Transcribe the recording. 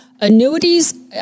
Annuities